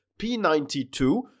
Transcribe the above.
P92